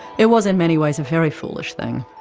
it was, in many ways, a very foolish thing.